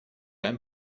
einen